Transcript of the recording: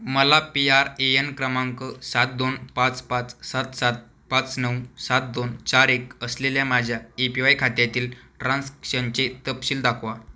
मला P R A N क्रमांक सात दोन पाच पाच सात सात पाच नऊ सात दोन चार एक असलेल्या माझ्या ए पी वाय खात्यातील ट्रान्सक्शनचे तपशील दाखवा